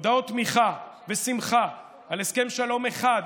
הודעת תמיכה בהסכם השלום.